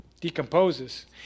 decomposes